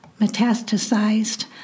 metastasized